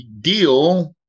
deal